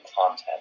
content